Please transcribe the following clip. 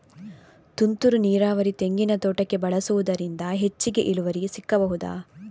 ತುಂತುರು ನೀರಾವರಿ ತೆಂಗಿನ ತೋಟಕ್ಕೆ ಬಳಸುವುದರಿಂದ ಹೆಚ್ಚಿಗೆ ಇಳುವರಿ ಸಿಕ್ಕಬಹುದ?